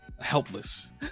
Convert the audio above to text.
helpless